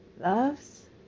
Loves